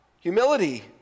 humility